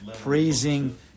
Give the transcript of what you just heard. praising